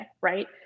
right